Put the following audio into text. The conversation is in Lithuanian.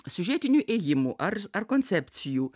siužetinių ėjimų ar ar koncepcijų